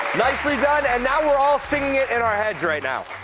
nicely done and now we're all singing in our heads right now.